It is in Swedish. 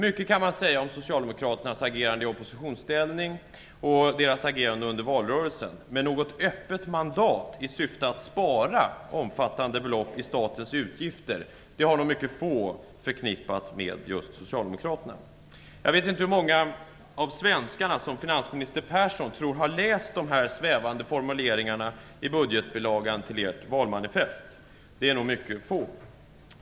Mycket kan sägas om Socialdemokraternas agerande i oppositionsställning och om deras agerande under valrörelsen, men något öppet mandat i syfte att spara omfattande belopp i statens utgifter har nog få förknippat med just Socialdemokraterna. Jag vet inte hur många av svenskarna som finansminister Persson tror har läst de svävande formuleringarna i budgetbilagan till Socialdemokraternas valmanifest. De är nog mycket få.